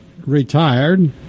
Retired